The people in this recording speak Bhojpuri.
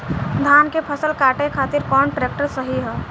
धान के फसल काटे खातिर कौन ट्रैक्टर सही ह?